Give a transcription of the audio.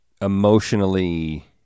emotionally